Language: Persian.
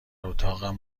اتاقم